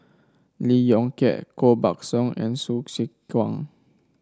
Lee Yong Kiat Koh Buck Song and Hsu Tse Kwang